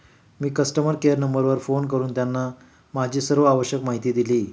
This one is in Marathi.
मी कस्टमर केअर नंबरवर फोन करून त्यांना माझी सर्व आवश्यक माहिती दिली